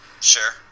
Sure